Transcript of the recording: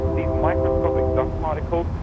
these microscopic dust particles,